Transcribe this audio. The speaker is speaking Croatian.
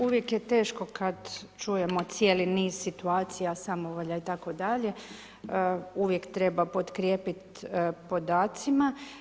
Uvijek je teško kad čujemo cijeli niz situacija samovolja itd., uvijek treba potkrijepit podacima.